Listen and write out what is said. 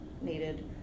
needed